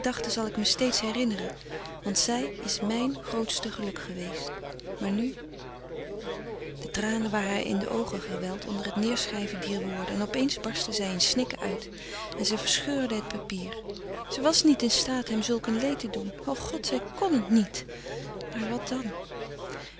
zal ik me steeds herinneren want zij is mijn grootste geluk geweest maar nu de tranen waren haar in de oogen geweld onder het neêrschrijven dier woorden en op eens barstte zij in snikken uit en zij verscheurde het papier zij was niet in staat hem zulk een leed te doen o god zij kon niet maar wat dan